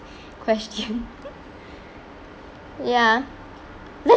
question ya let's